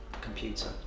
computer